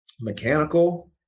mechanical